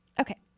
Okay